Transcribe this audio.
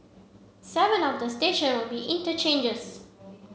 seven of the station will be interchanges